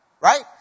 right